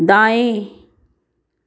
दाएँ